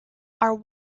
are